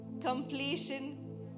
completion